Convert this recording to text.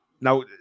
Now